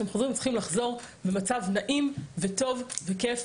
במצב נעים וטוב וכיף,